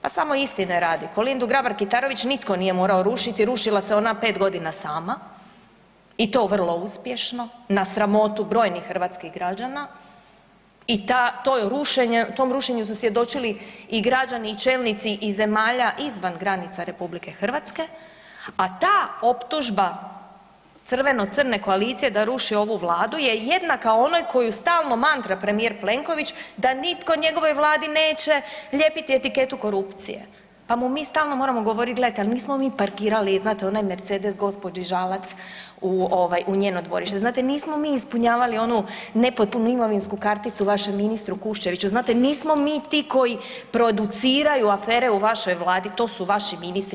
Pa samo istine radi, Kolindu Grabar Kitarović nitko nije morao rušiti, rušila se ona 5.g. sama i to vrlo uspješno na sramotu brojnih hrvatskih građana i ta, to je rušenje, tom rušenju su svjedočili i građani i čelnici i zemalja izvan granica RH, a ta optužba crveno-crne koalicije da ruši ovu vladu je jednaka onoj koju stalno mantra premijer Plenković da nitko njegovoj vladi neće lijepiti etiketu korupcije, pa mu mi stalno moramo govoriti, gledajte, ali nismo mi parkirali, znate onaj Mercedes gđi. Žalac u, ovaj u njeno dvorište, znate nismo mi ispunjavali onu nepotpunu imovinsku karticu vašem ministru Kuščeviću, znate nismo mi ti koji produciraju afere u vašoj vladi, to su vaši ministri.